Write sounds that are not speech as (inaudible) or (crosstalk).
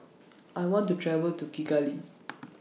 (noise) I want to travel to Kigali